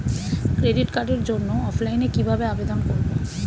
Credit কার্ডের জন্য অফলাইনে কিভাবে আবেদন করব?